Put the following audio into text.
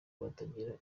batagira